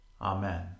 Amen